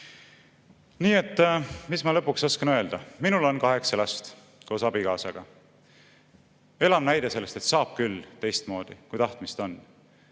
et mis ma lõpuks oskan öelda? Minul on kaheksa last koos abikaasaga: elav näide sellest, et saab küll teistmoodi, kui tahtmist on.